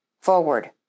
forward